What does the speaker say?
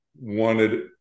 wanted